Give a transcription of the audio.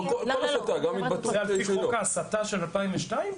זה חוק ההסתה של 2002?